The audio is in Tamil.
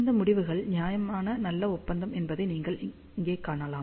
இந்த முடிவுகள் நியாயமான நல்ல ஒப்பந்தம் என்பதை நீங்கள் அதைக் காணலாம்